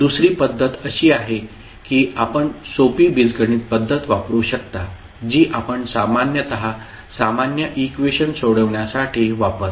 दुसरी पद्धत अशी आहे की आपण सोपी बीजगणित पद्धत वापरू शकता जी आपण सामान्यत सामान्य इक्वेशन सोडविण्यासाठी वापरता